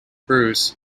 bruce